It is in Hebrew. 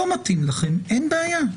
לא מתאים לכם אין בעיה,